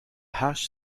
hash